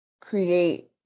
create